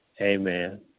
Amen